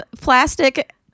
plastic